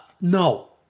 No